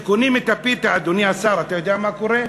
כשקונים את הפיתה, אדוני השר, אתה יודע מה קורה?